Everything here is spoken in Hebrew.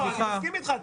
אני מסכים איתך.